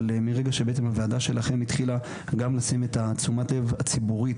אבל מרגע שבעצם הוועדה שלכם התחילה גם לשים את תשומת הלב הציבורית